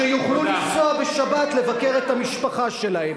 שיוכלו לנסוע בשבת לבקר את המשפחה שלהם.